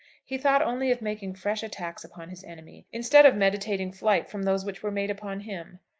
he thought only of making fresh attacks upon his enemy, instead of meditating flight from those which were made upon him.